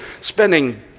spending